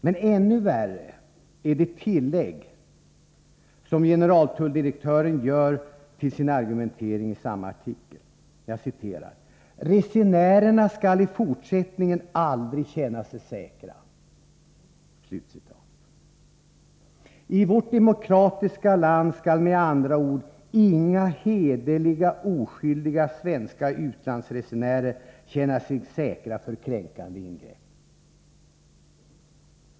Men ännu värre är det tillägg generaltulldirektören gör till sin argumente — Nr 119 ring: Resenärerna skall i fortsättningen aldrig känna sig säkra. 5 ES ih É Fredagen den I vårt demokratiska land skall med andra ord inga hederliga, oskyldiga 6 april 1984 svenska utlandsresenärer känna sig säkra för kränkande ingrepp.